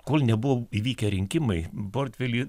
kol nebuvo įvykę rinkimai portfelį